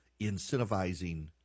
Incentivizing